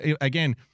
again